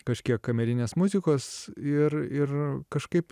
kažkiek kamerinės muzikos ir ir kažkaip